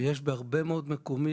שזו שעה מאוד ערה ופעילה באזורי מגורים,